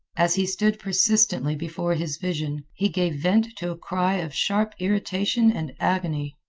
as he stood persistently before his vision, he gave vent to a cry of sharp irritation and agony.